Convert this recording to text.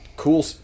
cool